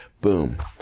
boom